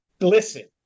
listen